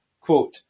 Quote